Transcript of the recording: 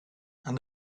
and